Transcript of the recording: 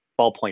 ballpoint